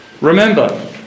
Remember